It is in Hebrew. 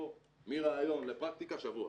פה מרעיון לפרקטיקה, שבוע.